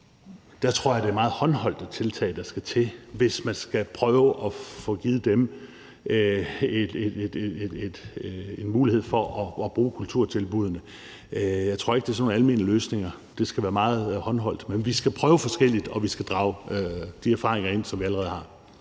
her målgruppe er det meget håndholdte tiltag, der skal til, hvis man skal prøve at give dem en mulighed for at bruge kulturtilbuddene. Jeg tror ikke, det er sådan nogle almene løsninger – det skal være meget håndholdt. Men vi skal prøve forskellige ting, og vi skal inddrage de erfaringer, som vi allerede har.